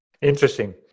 Interesting